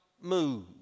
move